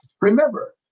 Remember